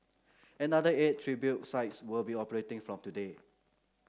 another eight tribute sites will be operating from today